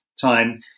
time